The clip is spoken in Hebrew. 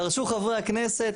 דרשו חברי הכנסת,